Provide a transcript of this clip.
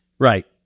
Right